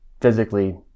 physically